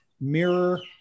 mirror